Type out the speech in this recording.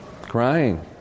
Crying